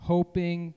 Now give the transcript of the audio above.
Hoping